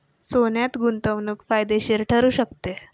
सोन्यात गुंतवणूक फायदेशीर ठरू शकते